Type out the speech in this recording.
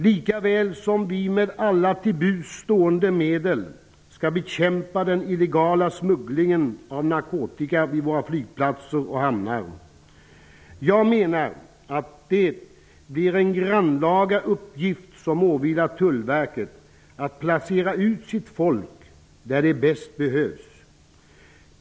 Likaväl skall vi med alla till buds stående medel bekämpa den illegala smugglingen av narkotika vid våra flygplatser och hamnar. Jag menar att det blir en grannlaga uppgift för Tullverket att placera ut sitt folk där det bäst behövs.